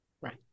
Right